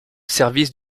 service